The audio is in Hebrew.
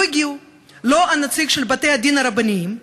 לא הגיעו לא הנציג של בתי הדין הרבניים,